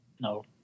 No